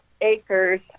acres